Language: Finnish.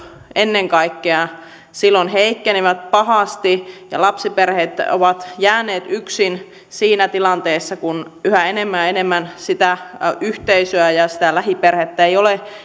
ennen kaikkea lapsiperheitten palvelut silloin heikkenivät pahasti ja lapsiperheet ovat jääneet yksin siinä tilanteessa kun yhä enemmän ja enemmän sitä yhteisöä ja sitä lähiperhettä ei